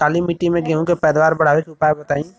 काली मिट्टी में गेहूँ के पैदावार बढ़ावे के उपाय बताई?